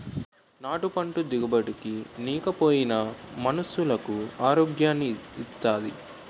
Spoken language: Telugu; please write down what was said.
నాటు పంట దిగుబడి నేకపోయినా మనుసులకు ఆరోగ్యాన్ని ఇత్తాది